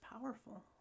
powerful